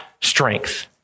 strength